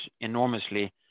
enormously